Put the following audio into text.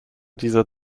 dieser